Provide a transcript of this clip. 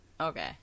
Okay